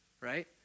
right